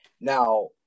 Now